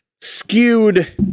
skewed